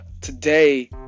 today